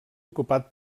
ocupat